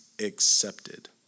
accepted